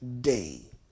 day